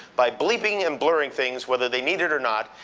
by bleeping and blurring things. whether they need it or not.